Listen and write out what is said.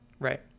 Right